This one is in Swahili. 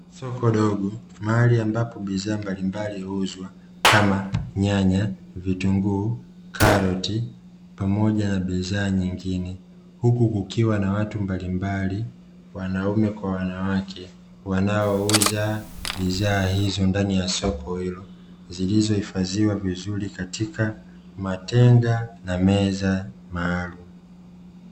Soko dogo, mahali ambapo bidhaa mbalimbali huuzwa, kama: nyanya, vitunguu, karoti pamoja na bidhaa nyingine, huku kukiwa na watu mbalimbali wanaume kwa wanawake, wanaouza bidhaa hizo ndani ya soko hilo, zilizohifadhiwa vizuri katika matenga na meza maalumu.